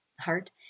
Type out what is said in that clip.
heart